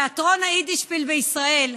תיאטרון היידישפיל בישראל,